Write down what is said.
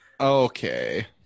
okay